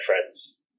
friends